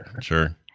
sure